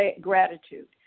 gratitude